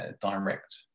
direct